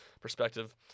perspective